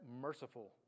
merciful